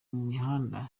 mihanda